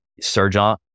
Surgeon